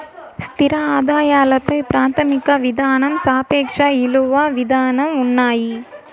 స్థిర ఆదాయాల పై ప్రాథమిక విధానం సాపేక్ష ఇలువ విధానం ఉన్నాయి